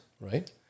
Right